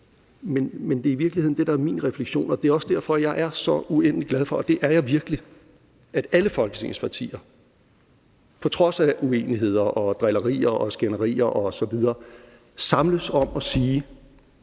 er det i virkeligheden det, der er min refleksion. Og det er også derfor, jeg er så uendelig glad for – og det er jeg virkelig – at alle Folketingets partier på trods af uenigheder og drillerier og skænderier osv. vil samles om at sige